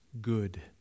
good